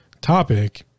topic